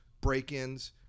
break-ins